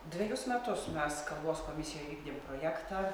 dvejus metus mes kalbos komisijoj vykdėm projektą